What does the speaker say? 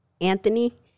anthony